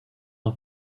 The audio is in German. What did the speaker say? und